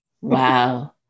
Wow